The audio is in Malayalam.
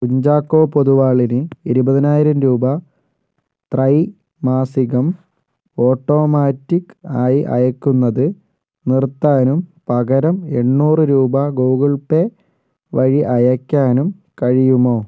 കുഞ്ചാക്കോ പൊതുവാളിന് ഇരുപതിനായിരം രൂപ ത്രൈ മാസികം ഓട്ടോമാറ്റിക്ക് ആയി അയയ്ക്കുന്നത് നിർത്താനും പകരം എണ്ണൂറ് രൂപ ഗൂഗിൾ പേ വഴി അയയ്ക്കാനും കഴിയുമോ